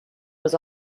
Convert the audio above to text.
was